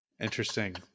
Interesting